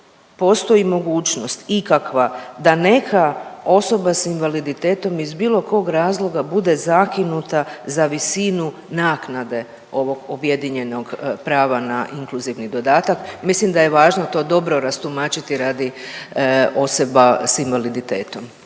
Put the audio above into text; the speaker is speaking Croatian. postoji mogućnost ikakva da neka osobe s invaliditetom iz bilo kog razloga bude zakinuta za visinu naknade ovog objedinjenog prava na inkluzivni dodatak? Mislim da je to dobro rastumačiti radi osoba s invaliditetom